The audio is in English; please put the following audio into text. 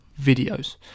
videos